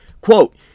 quote